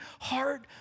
heart